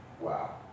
Wow